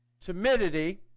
timidity